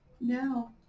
no